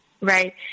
right